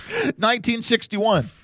1961